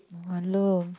no wonder